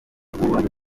ububanyi